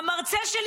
המרצה שלי,